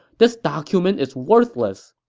this document is worthless.